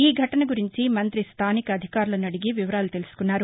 ఈ ఘటన గురించి మంతి స్దానిక అధికారులను అడిగి వివరాలు తెలుసుకున్నారు